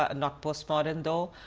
ah not postmodern though